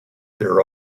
their